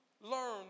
learn